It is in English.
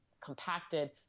compacted